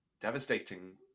devastating